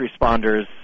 responders